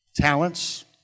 Talents